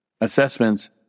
assessments